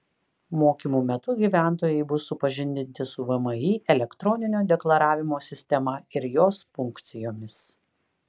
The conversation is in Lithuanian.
mokymų metu gyventojai bus supažindinti su vmi elektroninio deklaravimo sistema ir jos funkcijomis